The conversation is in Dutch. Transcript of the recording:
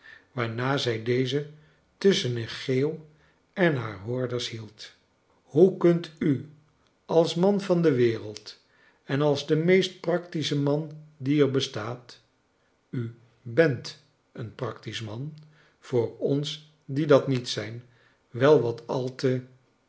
waarna zij dezen tusschen een geeuw en haar hoorders hield hoe kunt u als man van de wereld en als de meest practische man die er bestaat u bent een practisch man voor ons die dat niet zijn wel wat al te